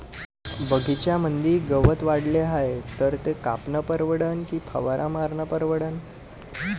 बगीच्यामंदी गवत वाढले हाये तर ते कापनं परवडन की फवारा मारनं परवडन?